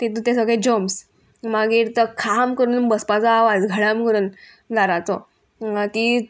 तितू तें सगळे जर्म्स मागीर तो खाम करून बसपाचो आवाज घडाम करून दाराचो ती